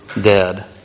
dead